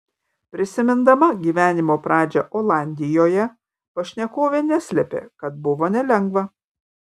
prisimindama gyvenimo pradžią olandijoje pašnekovė neslėpė kad buvo nelengva